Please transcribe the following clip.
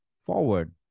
forward